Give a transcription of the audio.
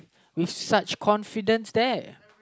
with such confidence there